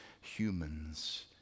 humans